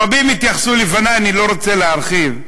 רבים התייחסו לפני, אני לא רוצה להרחיב,